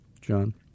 John